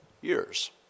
years